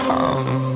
Come